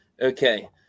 okay